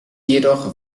jedoch